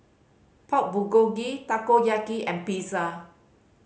Pork Bulgogi Takoyaki and Pizza